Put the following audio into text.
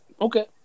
okay